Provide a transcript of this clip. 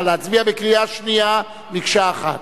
נא להצביע בקריאה שנייה, מקשה אחת.